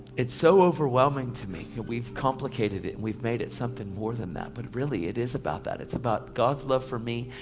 it's so overwhelming to me that we've complicated it and we've made it something more than that. but really it is about that. it's about god's love for me,